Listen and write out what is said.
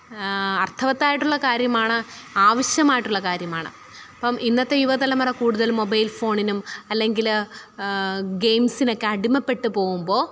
അർത്ഥവത്തായിട്ടുള്ള കാര്യമാണ് ആവശ്യമായിട്ടുള്ള കാര്യമാണ് അപ്പം ഇന്നത്തെ യുവതലമുറ കൂടുതലും മൊബൈൽ ഫോണിനും അല്ലെങ്കിൽ ഗെയിംസിനൊക്കെ അടിമപ്പെട്ടു പോകുമ്പോൾ